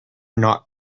not